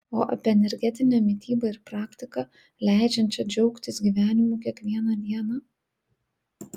o apie energetinę mitybą ir praktiką leidžiančią džiaugtis gyvenimu kiekvieną dieną